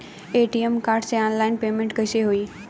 ATM card से online payment कैसे होई?